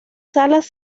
salas